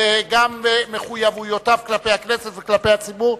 וגם את מחויבויותיו כלפי הכנסת וכלפי הציבור,